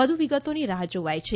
વધુ વિગતોની રાહ્ જોવાય છે